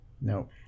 No